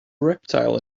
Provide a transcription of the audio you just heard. reptile